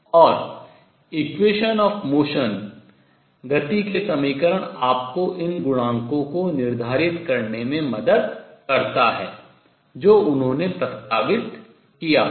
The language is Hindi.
और equation of motion गति के समीकरण आपको इन गुणांकों को निर्धारित करने में मदद करता है जो उन्होंने प्रस्तावित किया था